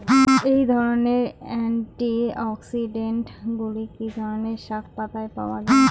এই ধরনের অ্যান্টিঅক্সিড্যান্টগুলি বিভিন্ন শাকপাতায় পাওয়া য়ায়